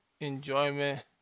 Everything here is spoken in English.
enjoyment